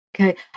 Okay